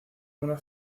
una